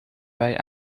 bij